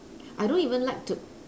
I don't even like to